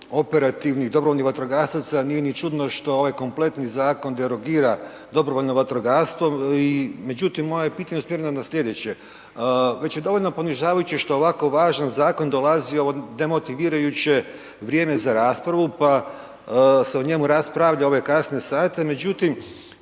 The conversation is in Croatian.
operativnih, dobrovoljnih vatrogasaca, nije ni čudno što ovaj kompletni zakon derogira dobrovoljno vatrogastvo. I međutim, moje je pitanje usmjereno na sljedeće. Već je dovoljno ponižavajuće što ovako važan zakon dolazi u ovo demotivirajuće vrijeme za raspravu pa se o njemu raspravlja u ove kasne sate. Međutim,